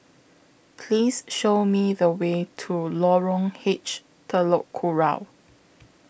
Please Show Me The Way to Lorong H Telok Kurau